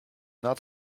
not